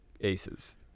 aces